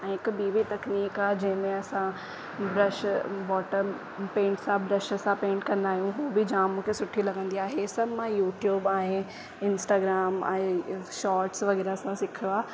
ऐं हिकु ॿी बि तकनिक आहे जंहिं में असां ब्रश बॉटल पेंट सां ब्रश सां पेंट कंदा आहियूं हू बि जामु मूंखे सुठी लॻंदी हे सभु मां यू ट्यूब ऐं इंस्टाग्राम ऐं शार्ट्स वग़ैरह सां सिखियो आहे